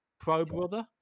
pro-brother